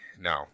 No